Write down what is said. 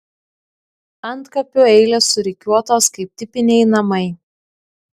antkapių eilės surikiuotos kaip tipiniai namai